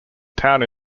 town